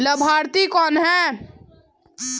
लाभार्थी कौन है?